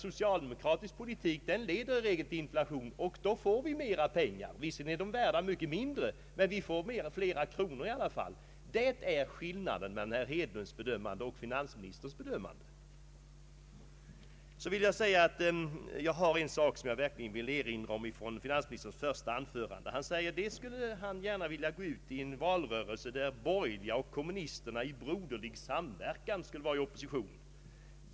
Socialdemokratisk politik 1eder i regel till inflation, och då får vi mera pengar. Visserligen är de värda mycket mindre, men vi får i alla fall flera kronor. Det är skillnaden mellan herr Hedlunds bedömande och finansministerns. I finansministerns första anförande fanns en sak som jag verkligen vill erinra om. Han sade att han gärna skulle vilja gå ut i en valrörelse där borgerliga och kommunister i broderlig samverkan skulle vara i opposition.